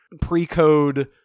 pre-code